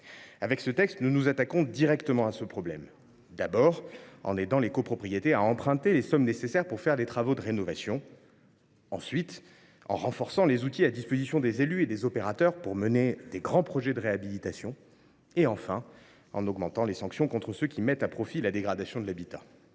Avec ce texte, nous nous attaquons directement à ce problème, en aidant les copropriétés à emprunter les sommes nécessaires pour faire les travaux de rénovation, en renforçant les outils à la disposition des élus et des opérateurs pour mener de grands projets de réhabilitation et en augmentant les sanctions contre ceux qui mettent à profit la dégradation de l’habitat.